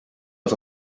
off